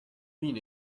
mean